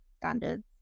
standards